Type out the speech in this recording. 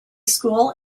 school